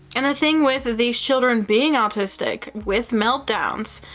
and the thing with these children being autistic with meltdowns.